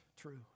true